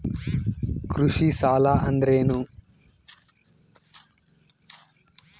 ಕೃಷಿ ಸಾಲ ಅಂದರೇನು?